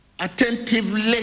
attentively